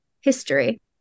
history